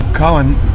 Colin